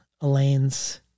Elaine's